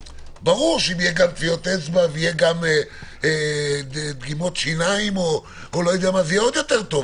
ברור שאם יהיה גם טביעות אצבע ודגימות שיניים זה יהיה עוד יותר טוב,